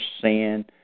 sin